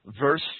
verse